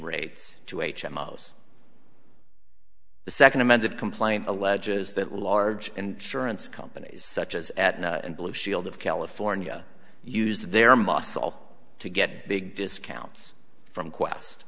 rates to h m o s the second amended complaint alleges that large insurance companies such as aetna and blue shield of california use their muscle to get big discounts from qwest